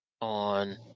on